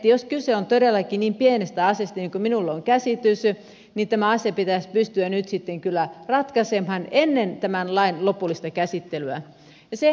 jos kyse on todellakin niin pienestä asiasta kuin minulla on käsitys tämä asia pitäisi pystyä nyt sitten kyllä ratkaisemaan ennen tämän lain lopullista käsittelyä